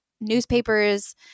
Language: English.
Newspapers